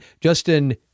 Justin